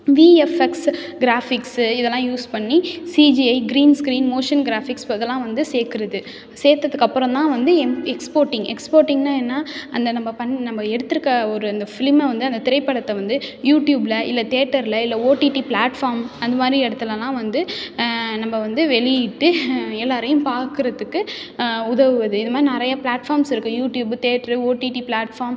VFX graphics இதல்லாம் use பண்ணி CGI green screen motion graphics ஃபு இதல்லாம் வந்து சேக்கிறது சேர்த்ததுக்கப்புறம் தான் வந்து எந் எக்ஸ்போர்டிங் எக்ஸ்போர்டிங்குனா என்ன அந்த நம்ம பண்ணி நம்ம எடுத்திருக்க ஒரு அந்த ஃபிலிமை வந்து அந்த திரைப்படத்தை வந்து யூடியூபில் இல்லை தியேட்டரில் இல்லை ஓடிடி ப்ளாட்ஃபார்ம் அந்த மாதிரி இடத்துலலாம் வந்து நம்ம வந்து வெளியிட்டு எல்லோரையும் பார்க்கறதுக்கு உதவுவது இது மாதிரி நிறையா ப்ளாட்ஃபார்ம்ஸ் இருக்குது யூடியூப்பு தியேட்டரு ஓடிடி ப்ளாட்ஃபார்ம்